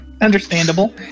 Understandable